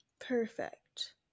perfect